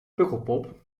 pukkelpop